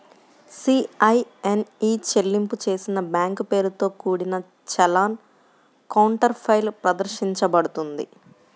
CIN e చెల్లింపు చేసిన bank పేరుతో కూడిన చలాన్ కౌంటర్ఫాయిల్ ప్రదర్శించబడుతుంది